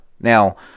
now